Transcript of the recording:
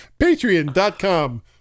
patreon.com